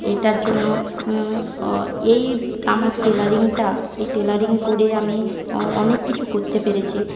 এটার জন্য এই আমার টেলারিংটা এই টেলারিং করে আমি অনেক কিছু করতে পেরেছি